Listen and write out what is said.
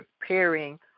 preparing